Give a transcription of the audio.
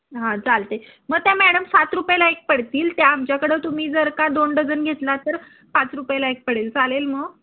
हां चालतं आहे मग त्या मॅडम सात रुपयाला एक पडतील त्या आमच्याकडं तुम्ही जर का दोन डझन घेतला तर पाच रुपयाला एक पडेल चालेल मग